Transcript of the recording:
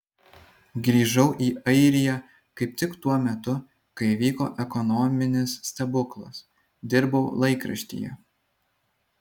grįžau į airiją kaip tik tuo metu kai vyko ekonominis stebuklas dirbau laikraštyje